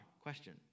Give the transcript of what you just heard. question